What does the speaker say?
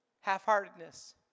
half-heartedness